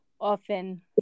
often